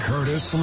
Curtis